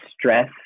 stress